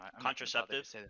Contraceptive